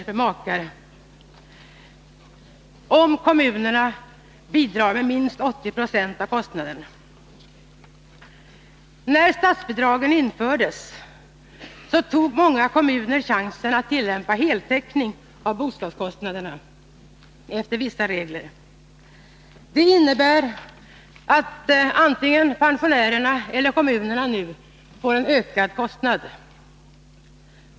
för makar, om kommunen lämnar bidrag till minst 80 20 av kostnaden. När statsbidragen infördes tog många kommuner chansen att efter vissa regler tillämpa heltäckning av bostadskostnaderna. Det innebär att antingen pensionärerna eller kommunerna nu får en ökad kostnad.